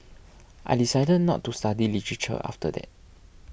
I decided not to study literature after that